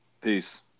Peace